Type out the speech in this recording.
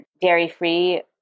dairy-free